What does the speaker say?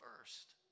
first